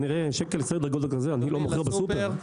בסופר,